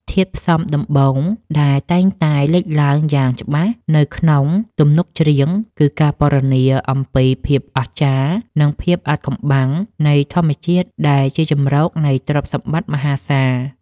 ធាតុផ្សំដំបូងបង្អស់ដែលតែងតែលេចឡើងយ៉ាងច្បាស់នៅក្នុងទំនុកច្រៀង គឺការពណ៌នាអំពីភាពអស្ចារ្យ និងភាពអាថ៌កំបាំងនៃធម្មជាតិដែលជាជម្រកនៃទ្រព្យសម្បត្តិមហាសាល។